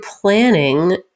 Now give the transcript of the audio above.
planning